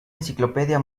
enciclopedia